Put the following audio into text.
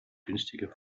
günstige